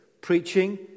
Preaching